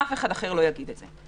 אף אחד אחר לא יגיד את זה.